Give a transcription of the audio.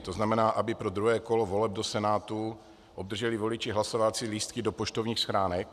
To znamená, aby pro druhé kolo voleb do Senátu obdrželi voliči hlasovací lístky do poštovních schránek.